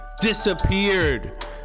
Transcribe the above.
disappeared